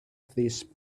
this